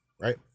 Right